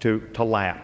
to colla